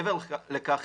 מעבר לכך,